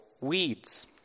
weeds